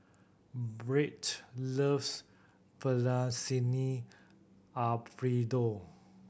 Byrd loves Alfredo